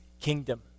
kingdom